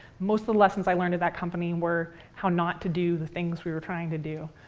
most of the lessons i learned that company were how not to do the things we were trying to do,